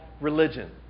religion